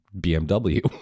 bmw